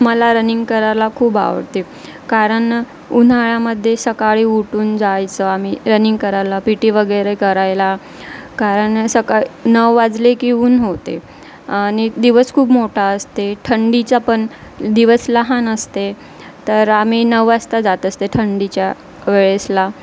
मला रनिंग करायला खूप आवडते कारण उन्हाळ्यामध्ये सकाळी उठून जायचं आम्ही रनिंग करायला पी टी वगैरे करायला कारण सकाळी नऊ वाजले की ऊन होते आणि दिवस खूप मोठा असते थंडीचा पण दिवस लहान असते तर आम्ही नऊ वाजता जात असते थंडीच्या वेळेसला